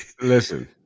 Listen